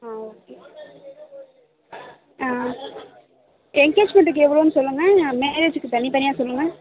ஆ okay எங்கேஜ்மெண்ட்டுக்கு எவ்வளோன்னு சொல்லுங்கள் மேரேஜ்க்கு தனி தனியாக சொல்லுங்கள்